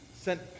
sent